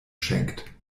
schenkt